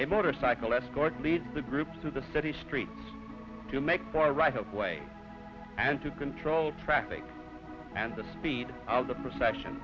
a motorcycle escort leads the group to the city streets to make far right of way and to control traffic and the speed of the procession